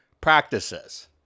practices